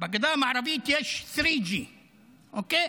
בגדה המערבית יש G3. אוקיי.